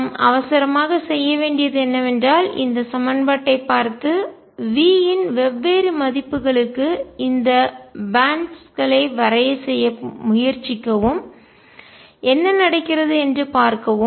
நாம் அவசரமாக செய்ய வேண்டியது என்னவென்றால் இந்த சமன்பாட்டைப் பார்த்து V இன் வெவ்வேறு மதிப்புகளுக்கு இந்த பேன்ட்ஸ் பட்டைகள் களை வரைய செய்ய முயற்சிக்கவும் என்ன நடக்கிறது என்று பார்க்கவும்